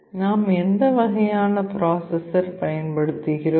நாம் எந்த வகையான பிராசஸர் பயன்படுத்துகிறோம்